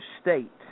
state